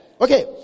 Okay